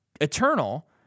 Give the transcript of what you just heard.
Eternal